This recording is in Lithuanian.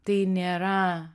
tai nėra